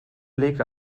legt